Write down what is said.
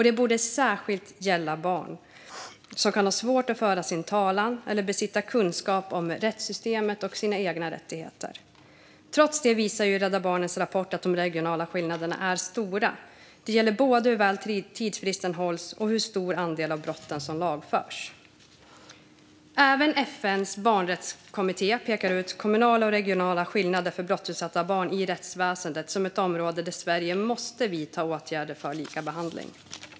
Det borde särskilt gälla barn, som kan ha svårt att föra sin talan och att besitta kunskap om rättssystemet och sina egna rättigheter. Trots detta visar Rädda Barnens rapport att de regionala skillnaderna är stora. Det gäller både hur väl tidsfristen hålls och hur stor andel av brotten som lagförs. Även FN:s barnrättskommitté pekar ut kommunala och regionala skillnader för brottsutsatta barn i rättsväsendet som ett område där Sverige måste vidta åtgärder för likabehandling.